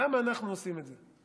למה אנחנו עושים את זה?